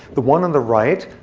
the one on the right,